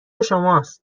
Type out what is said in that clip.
شماست